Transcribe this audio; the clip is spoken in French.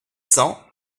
cents